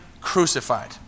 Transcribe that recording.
crucified